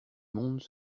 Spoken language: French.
monde